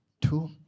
two